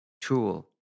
tool